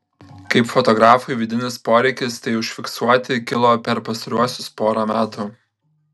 kaip fotografui vidinis poreikis tai užfiksuoti kilo per pastaruosius porą metų